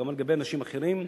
גם לגבי אנשים אחרים.